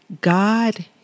God